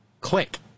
click